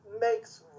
makes